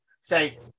say